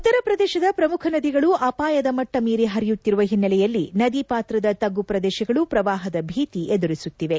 ಉತ್ತರ ಪ್ರದೇಶದ ಪ್ರಮುಖ ನದಿಗಳು ಅವಾಯ ಮಟ್ಟ ಮೀರಿ ಪರಿಯುತ್ತಿರುವ ಓನ್ನೆಲೆಯಲ್ಲಿ ನದಿ ವಾತ್ರದ ತಗ್ಗು ಪ್ರದೇಶಗಳು ಪ್ರವಾಪ ಭೀತಿ ಎದುರಿಸುತ್ತಿವೆ